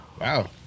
Wow